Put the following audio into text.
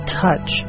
touch